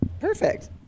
Perfect